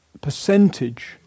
percentage